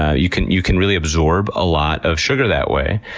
you can you can really absorb a lot of sugar that way,